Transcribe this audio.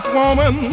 woman